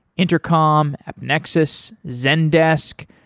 intercom, nexus, zendesk,